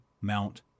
Mount